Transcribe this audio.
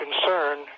concern